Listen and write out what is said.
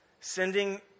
Sending